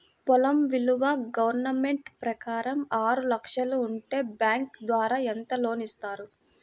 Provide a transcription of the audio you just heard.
పొలం విలువ గవర్నమెంట్ ప్రకారం ఆరు లక్షలు ఉంటే బ్యాంకు ద్వారా ఎంత లోన్ ఇస్తారు?